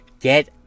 Get